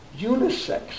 unisex